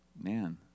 Man